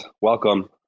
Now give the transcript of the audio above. Welcome